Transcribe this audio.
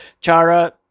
Chara